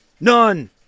None